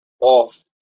off